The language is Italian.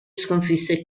sconfisse